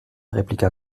répliqua